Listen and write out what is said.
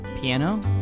Piano